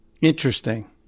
Interesting